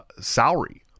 salary